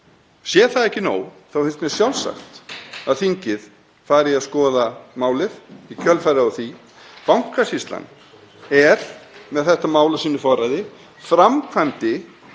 Sé það ekki nóg þá finnst mér sjálfsagt að þingið fari í að skoða málið í kjölfarið á því. Bankasýslan er með þetta mál á sínu forræði, framkvæmdi